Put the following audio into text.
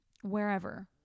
wherever